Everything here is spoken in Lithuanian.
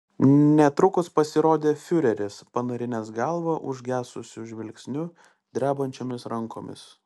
netrukus pasirodė fiureris panarinęs galvą užgesusiu žvilgsniu drebančiomis rankomis